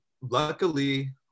Luckily